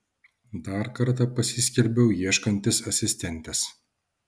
dar kartą pasiskelbiau ieškantis asistentės